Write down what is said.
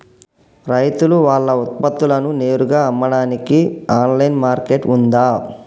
రైతులు వాళ్ల ఉత్పత్తులను నేరుగా అమ్మడానికి ఆన్లైన్ మార్కెట్ ఉందా?